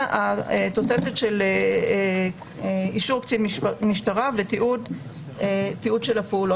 ותוספת של אישור קצין משטרה ותיעוד של הפעולות.